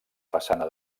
façana